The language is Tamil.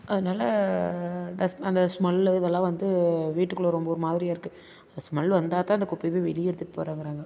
அதனால டஸ்ட் அந்த ஸ்மெல்லு இதெல்லாம் வந்து வீட்டுக்குள்ளே ரொம்ப ஒரு மாதிரியாக இருக்கு அந்த ஸ்மெல் வந்தால் தான் அந்த குப்பைய வெளியே எடுத்துகிட்டு போகிறேங்கிறாங்க